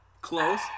close